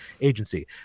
agency